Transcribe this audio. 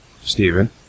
Stephen